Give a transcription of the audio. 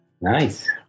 Nice